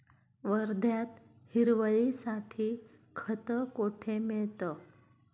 वर्ध्यात हिरवळीसाठी खत कोठे मिळतं?